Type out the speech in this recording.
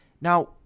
Now